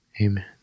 amen